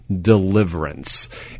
deliverance